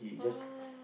ah